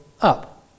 up